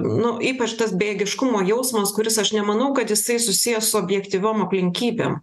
nu ypač tas bejėgiškumo jausmas kuris aš nemanau kad jisai susijęs su objektyviom aplinkybėm